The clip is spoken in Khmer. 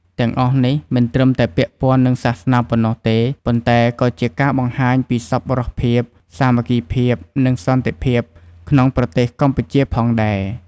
ទាំំងអស់នេះមិនត្រឹមតែពាក់ព័ន្ធនឹងសាសនាប៉ុណ្ណោះទេ ប៉ុន្តែក៏ជាការបង្ហាញពីសប្បុរសភាព សាមគ្គីភាព និងសន្តិភាពក្នុងប្រទេសកម្ពុជាផងដែរ។